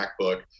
MacBook